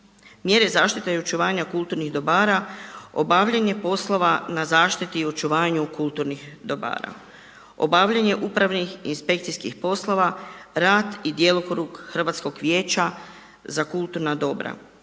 mjere zaštite i očuvanja kulturnih dobara, obavljanje poslova na zaštiti i očuvanju kulturnih dobara, obavljanje upravnih inspekcijskih poslova, rad i djelokrug hrvatskog vijeća za kulturna dobra,